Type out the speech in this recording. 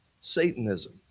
Satanism